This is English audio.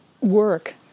work